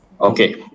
Okay